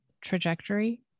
trajectory